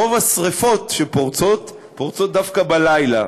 רוב השרפות שפורצות פורצות דווקא בלילה,